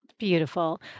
Beautiful